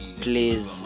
Please